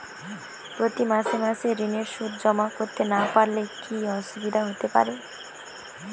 প্রতি মাসে মাসে ঋণের সুদ জমা করতে না পারলে কি অসুবিধা হতে পারে?